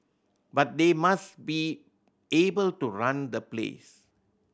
but they must be able to run the place